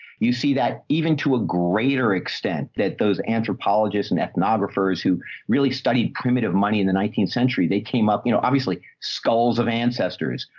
you see that even to a greater extent that those anthropologists and ethnographers who really studied primitive money in the nineteenth century, they came up, you know, obviously skulls of ancestors,